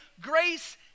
grace